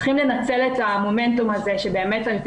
צריכים לנצל את המומנטום הזה שבאמת יותר